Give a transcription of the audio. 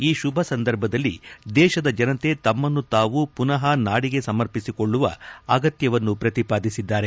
ಈ ಶುಭ ಸಂದರ್ಭದಲ್ಲಿ ದೇಶದ ಜನತೆ ತಮ್ನನ್ನು ತಾವು ಮನಃ ನಾಡಿಗೆ ಸಮರ್ಪಿಸಿಕೊಳ್ಳುವ ಅಗತ್ತವನ್ನು ಪ್ರತಿಪಾದಿಸಿದ್ದಾರೆ